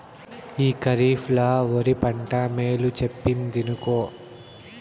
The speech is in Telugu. ఈ కరీఫ్ ల ఒరి పంట మేలు చెప్పిందినుకో